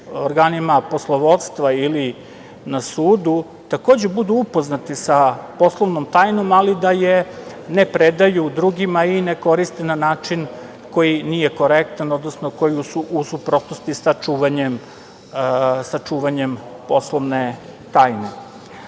organima poslovodstva ili na sudu, takođe, budu upoznati sa poslovnom tajnom, ali da je ne predaju drugima i ne koriste na način koji nije korektan odnosno koji je u suprotnosti sa čuvanjem poslovne